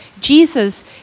Jesus